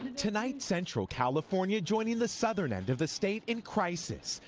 tonight central california joining the southern end of the state in crisis,